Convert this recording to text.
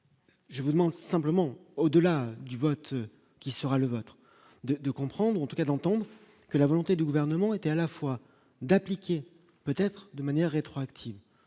je vous demande simplement au-delà du vote qui sera le vôtre de de comprendre en tout cas d'dans que la volonté du gouvernement était à la fois d'appliquer, peut-être de manière rétroactive